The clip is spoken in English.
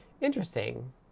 Interesting